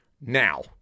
now